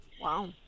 Wow